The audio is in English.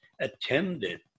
attended